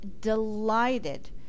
delighted